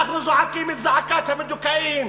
אנחנו זועקים את זעקת המדוכאים,